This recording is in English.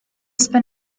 save